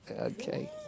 Okay